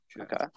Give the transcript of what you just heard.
Okay